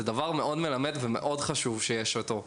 דבר מאוד יפה מאוד מלמד ומאוד חשוב שיש אותו.